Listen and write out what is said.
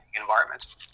environment